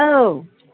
औ